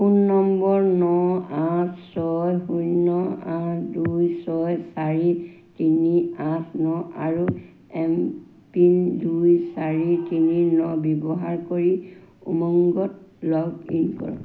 phone number ন আঠ ছয় শূন্য আঠ দুই ছয় চাৰি তিনি আঠ ন আৰু এম পিন দুই চাৰি তিনি ন ব্যৱহাৰ কৰি উমংগত লগ ইন কৰক